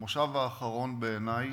המושב האחרון, בעיני,